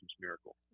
miracle